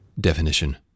definition